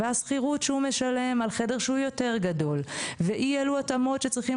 והשכירות שהוא משלם על חדר יותר גדול ואי אילו התאמות שצריכים